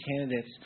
candidates